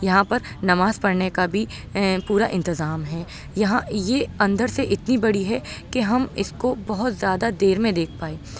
یہاں پر نماز پڑھنے کا بھی پورا انتظام ہے یہاں یہ اندر سے اتنی بڑی ہے کہ ہم اس کو بہت زیادہ دیر میں دیکھ پائے